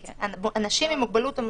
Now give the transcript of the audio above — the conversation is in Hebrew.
אנשים עם מוגבלות משמעותית,